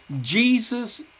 Jesus